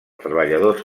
treballadors